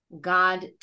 God